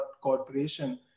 corporation